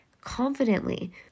confidently